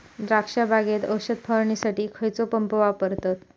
द्राक्ष बागेत औषध फवारणीसाठी खैयचो पंप वापरतत?